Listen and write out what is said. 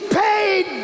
paid